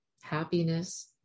happiness